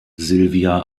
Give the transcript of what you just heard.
sylvia